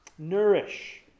nourish